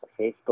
Facebook